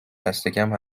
دستکم